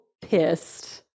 Pissed